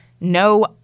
no